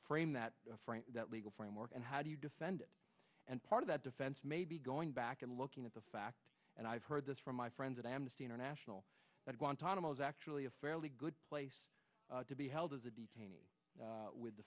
frame that for legal framework and how do you defend and part of that defense may be going back and looking at the fact and i've heard this from my friends at amnesty international that guantanamo is actually a fairly good place to be held as a detainee with the